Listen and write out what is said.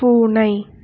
பூனை